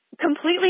completely